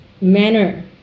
manner